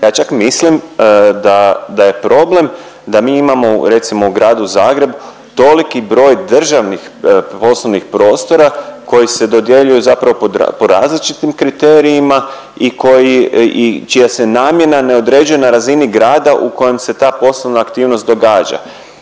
Ja čak mislim da, da je problem da mi imamo recimo u Gradu Zagrebu toliki broj državnih poslovnih prostora koji se dodjeljuju zapravo po različitim kriterijima i koji i čija se namjena ne određuje na razini grada u kojem se ta poslovna aktivnost događa.